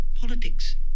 Politics